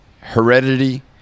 heredity